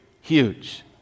huge